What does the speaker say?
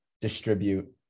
distribute